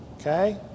Okay